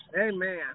Amen